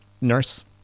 nurse